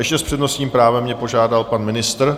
Ještě s přednostním právem mě požádal pan ministr.